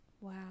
Wow